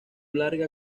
larga